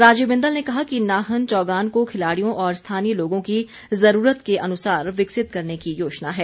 राजीव बिंदल ने कहा कि नाहन चौगान को खिलाड़ियों और स्थानीय लोगों की ज़रूरत के अनुसार विकसित करने की योजना है